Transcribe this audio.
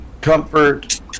Comfort